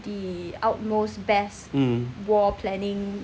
mm